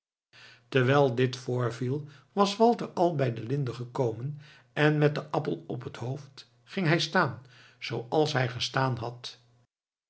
terwijl dit voorviel was walter al bij de linde gekomen en met den appel op het hoofd ging hij staan zooals hij gestaan had